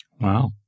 Wow